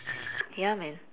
ya man